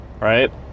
right